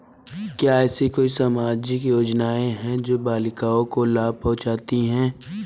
क्या ऐसी कोई सामाजिक योजनाएँ हैं जो बालिकाओं को लाभ पहुँचाती हैं?